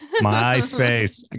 MySpace